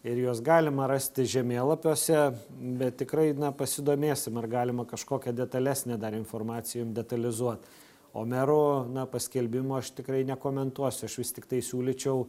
ir juos galima rasti žemėlapiuose bet tikrai pasidomėsim ar galima kažkokią detalesnę dar informaciją detalizuot o merų na paskelbimų aš tikrai nekomentuosiu aš vis tiktai siūlyčiau